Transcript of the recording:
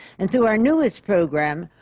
and through our newest program,